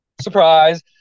Surprise